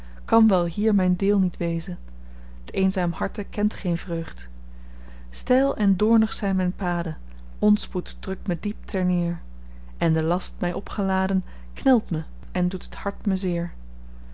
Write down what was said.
kan wel hier myn deel niet wezen t eenzaam harte kent geen vreugd steil en doornig zyn myn paden onspoed drukt me diep ter neer en de last my opgeladen knelt me en doet het hart me zeer